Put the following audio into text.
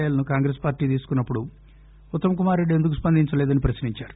ఏలను Congress party తీసుకున్నప్పుడు ఉత్తమ్ కుమార్రెడ్డి ఎందుకు స్పందించలేదని ప్రశ్నించారు